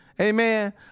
amen